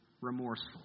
Remorseful